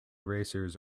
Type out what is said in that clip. racers